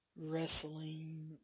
wrestling